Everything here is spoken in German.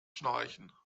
schnarchen